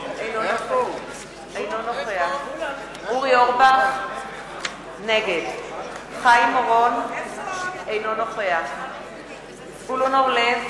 - אינו נוכח אורי אורבך - נגד חיים אורון - אינו נוכח זבולון אורלב,